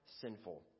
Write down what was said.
sinful